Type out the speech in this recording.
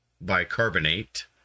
Bicarbonate